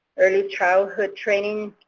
early childhood training,